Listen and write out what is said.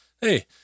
hey